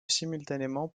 simultanément